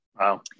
Wow